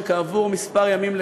שכעבור כמה ימים,